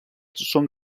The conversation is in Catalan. són